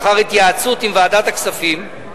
לאחר התייעצות עם ועדת הכספים,